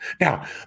Now